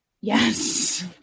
Yes